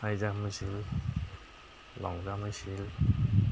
হাই jump হৈছিল long jump হৈছিল